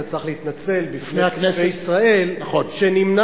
אתה צריך להתנצל בפני תושבי ישראל שנמנע